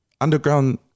underground